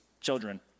children